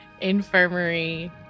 infirmary